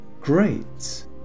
great